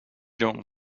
dont